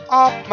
off